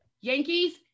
Yankees